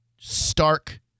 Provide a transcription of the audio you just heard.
stark